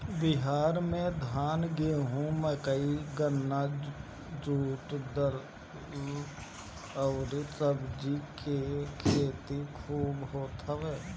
बिहार में धान, गेंहू, मकई, गन्ना, जुट, दाल अउरी सब्जी के खेती खूब होत हवे